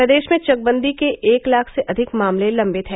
प्रदेश में चकबंदी के एक लाख से अधिक मामले लंबित हैं